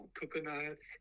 coconuts